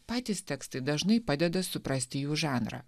patys tekstai dažnai padeda suprasti jų žanrą